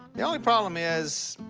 the only problem is,